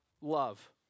love